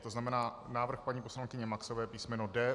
To znamená návrh paní poslankyně Maxové, písmeno D.